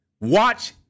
Watch